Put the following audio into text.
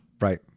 Right